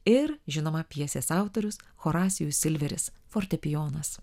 ir žinoma pjesės autorius horacijus silveris fortepijonas